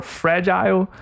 fragile